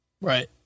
Right